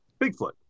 bigfoot